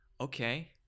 Okay